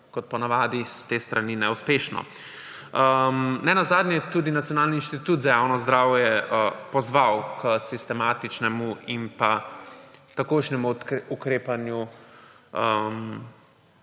kot po navadi s te strani neuspešno. Ne nazadnje je tudi Nacionalni inštitut za javno zdravje pozval k sistematičnemu in takojšnjemu ukrepanju